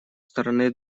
стороны